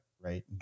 right